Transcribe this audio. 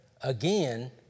again